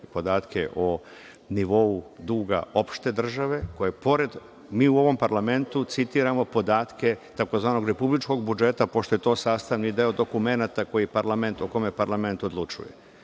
o nivou duga opšte države, mi u ovom parlamentu citiramo podatke tzv. republičkog budžeta, pošto je to sastavni deo dokumenata o kojem parlament odlučuje.